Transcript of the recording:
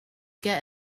get